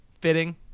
fitting